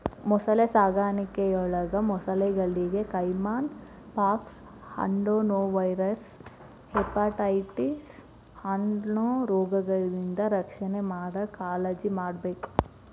ಮೊಸಳೆ ಸಾಕಾಣಿಕೆಯೊಳಗ ಮೊಸಳೆಗಳಿಗೆ ಕೈಮನ್ ಪಾಕ್ಸ್, ಅಡೆನೊವೈರಲ್ ಹೆಪಟೈಟಿಸ್ ಅನ್ನೋ ರೋಗಗಳಿಂದ ರಕ್ಷಣೆ ಮಾಡಾಕ್ ಕಾಳಜಿಮಾಡ್ಬೇಕ್